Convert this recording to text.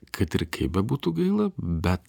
kad ir kaip bebūtų gaila bet